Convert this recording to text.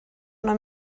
una